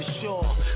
sure